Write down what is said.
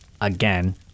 again